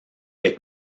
est